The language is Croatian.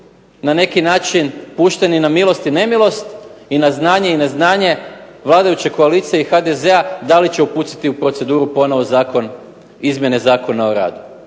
na neki način pušteni na milost i nemilost, i na znanje i neznanje vladajuće koalicije i HDZ-a da li će uputiti u proceduru ponovo Zakon izmjene Zakona o radu.